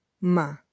ma